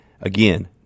Again